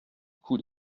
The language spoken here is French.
coup